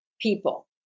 people